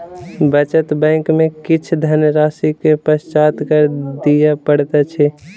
बचत बैंक में किछ धनराशि के पश्चात कर दिअ पड़ैत अछि